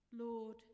Lord